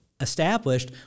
established